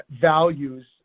values